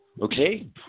okay